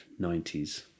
90s